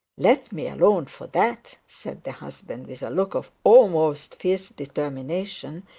let me alone for that said the husband, with a look of almost fierce determination,